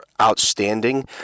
outstanding